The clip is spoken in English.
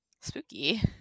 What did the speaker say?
spooky